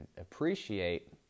appreciate